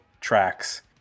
tracks